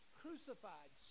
crucified